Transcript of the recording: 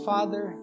Father